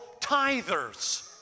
tithers